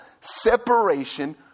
separation